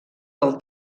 del